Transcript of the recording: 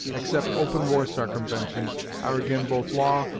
except open-war sarcumventions, are ag'in both law,